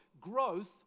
Growth